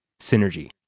synergy